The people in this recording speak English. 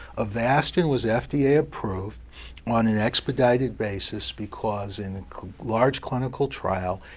avastin was fda-approved on an expedited basis, because in the large clinical trial,